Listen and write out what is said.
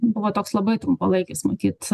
buvo toks labai trumpalaikis matyt